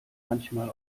manchmal